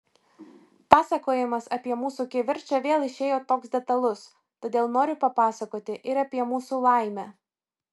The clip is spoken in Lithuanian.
pasakojimas apie mūsų kivirčą vėl išėjo toks detalus todėl noriu papasakoti ir apie mūsų laimę